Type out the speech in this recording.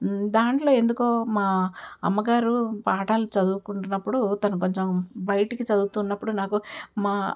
దాంట్లో ఎందుకో మా అమ్మగారు పాఠాలు చదువుకుంటున్నప్పుడు తను కొంచెం బయటికి చదువుతున్నప్పుడు నాకు మా